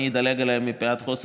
קשיים כלכליים ובעיות לימוד של ילדים